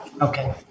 Okay